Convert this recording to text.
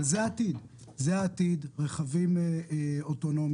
אבל זה העתיד: רכבים אוטונומיים.